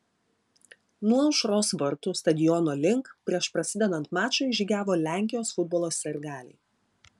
nuo aušros vartų stadiono link prieš prasidedant mačui žygiavo lenkijos futbolo sirgaliai